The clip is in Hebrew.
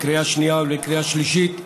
לקריאה שנייה ולקריאה שלישית,